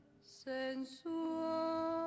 sensual